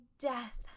death